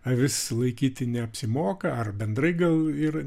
avis laikyti neapsimoka ar bendrai gal ir